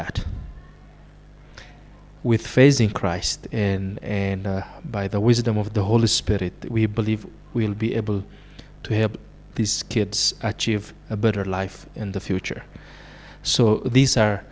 get with phasing christ in and by the wisdom of the holy spirit we believe we'll be able to help these kids achieve a better life in the future so these are